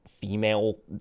female